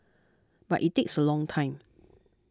but it takes a long time